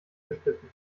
geschliffen